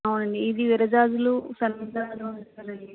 అవునండి ఇది విర జాజులు సన్న జాజులు మొగ్గలవి